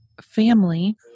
family